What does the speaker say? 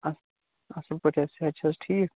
اَصٕل اَصٕل پٲٹھۍ حظ صحت چھُو حظ ٹھیٖک